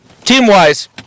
team-wise